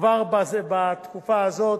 כבר בתקופה הזאת